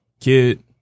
kid